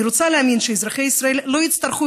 אני רוצה להאמין שאזרחי ישראל לא יצטרכו